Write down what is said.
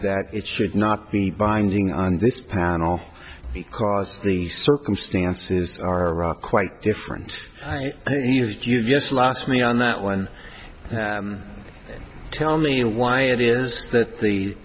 that it should not be binding on this panel because the circumstances are quite different here to us last me on that one tell me why it is that the